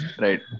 Right